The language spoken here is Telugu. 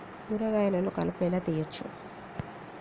కూరగాయలలో కలుపు ఎలా తీయచ్చు?